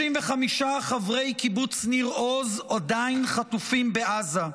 35 חברי קיבוץ ניר עוז עדיין חטופים בעזה.